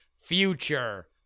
future